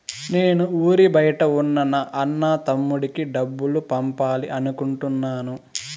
నేను ఊరి బయట ఉన్న నా అన్న, తమ్ముడికి డబ్బులు పంపాలి అనుకుంటున్నాను